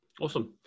awesome